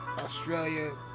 Australia